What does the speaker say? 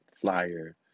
flyer